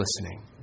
listening